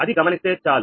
అది గమనిస్తే చాలు